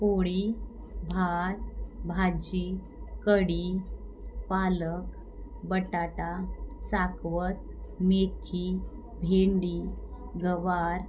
पोळी भात भाजी कढी पालक बटाटा चाकवत मेथी भेंडी गवार